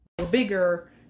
bigger